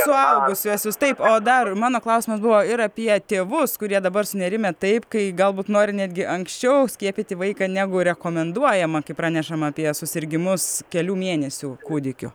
suaugusiuosius taip o dar mano klausimas buvo ir apie tėvus kurie dabar sunerimę taip kai galbūt nori netgi anksčiau skiepyti vaiką negu rekomenduojama kai pranešama apie susirgimus kelių mėnesių kūdikiu